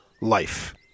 life